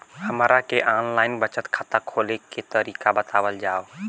हमरा के online बचत बैंक खाता खोले के तरीका बतावल जाव?